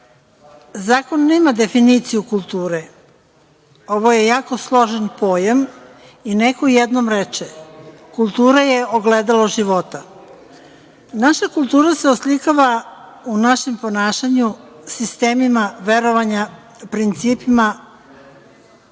Zakon nema definiciju kulture, ovo je jako složen pojam i neko jednom reče – kultura je ogledalo života. Naša kultura se oslikava u našem ponašanju, sistemima verovanja, principima